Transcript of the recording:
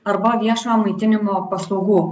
arba viešojo maitinimo paslaugų